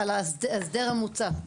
על ההסדר המוצע.